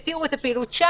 הפעילות.